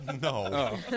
No